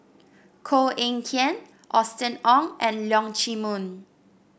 Koh Eng Kian Austen Ong and Leong Chee Mun